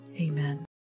Amen